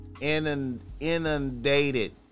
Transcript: inundated